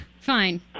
Fine